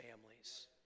families